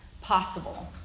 possible